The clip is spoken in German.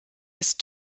ist